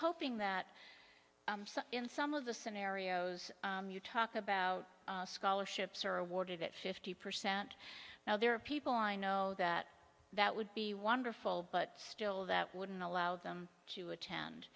hoping that in some of the scenarios you talk about scholarships are awarded at fifty percent now there are people i know that that would be wonderful but still that wouldn't allow them to attend